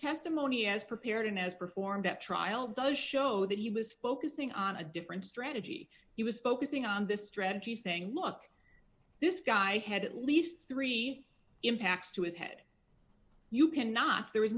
testimony as prepared and as performed at trial does show that he was focusing on a different strategy he was focusing on this strategy saying look this guy had at least three impacts to his head you cannot there